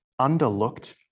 underlooked